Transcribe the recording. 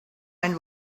men